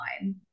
online